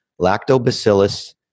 lactobacillus